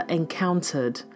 encountered